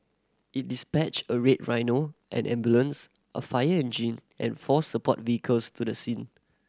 it dispatched a Red Rhino an ambulance a fire engine and four support vehicles to the scene